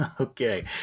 Okay